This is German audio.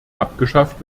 abgeschafft